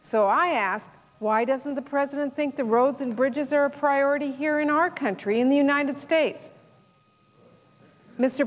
so i ask why doesn't the president think the roads and bridges are a priority here in our country in the united states mr